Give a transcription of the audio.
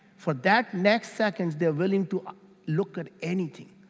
for that next second, they're willing to ah look at anything.